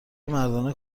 مردانه